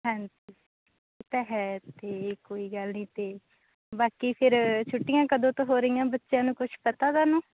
ਹਾਂਜੀ ਉਹ ਤੇ ਹੈ ਤਾਂ ਕੋਈ ਗੱਲ ਨਹੀਂ ਅਤੇ ਬਾਕੀ ਫਿਰ ਛੁੱਟੀਆਂ ਕਦੋਂ ਤੋਂ ਹੋ ਰਹੀਆਂ ਬੱਚਿਆਂ ਨੂੰ ਕੁਛ ਪਤਾ ਤੁਹਾਨੂੰ